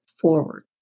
forward